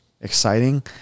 exciting